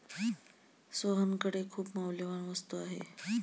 सोहनकडे खूप मौल्यवान वस्तू आहे